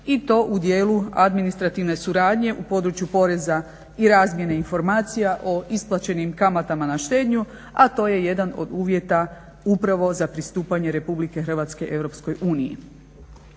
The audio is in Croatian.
i to u dijelu administrativne suradnje u području poreza i razmjene informacija o isplaćenim kamatama na štednju, a to je jedan od uvjeta upravo za pristupanje RH EU. Drugu grupu izmjena